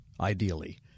ideally